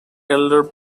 elder